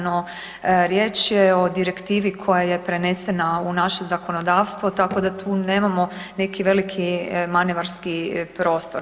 No, riječ je o direktivi koja je prenesena u naše zakonodavstvo tako da tu nemamo neki veliki manevarski prostor.